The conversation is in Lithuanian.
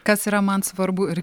kas yra man svarbu ir